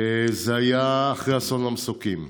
היה אחרי אסון המסוקים.